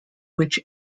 which